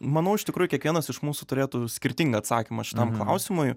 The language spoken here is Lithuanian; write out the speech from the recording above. manau iš tikrųjų kiekvienas iš mūsų turėtų skirtingą atsakymą šitam klausimui